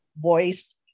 voice